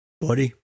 buddy